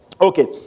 Okay